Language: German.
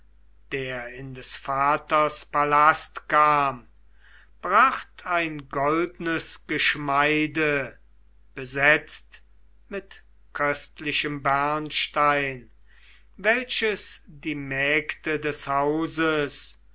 der in des vaters palast kam bracht ein goldnes geschmeide besetzt mit köstlichem bernstein welches die mägde des hauses